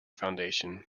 foundation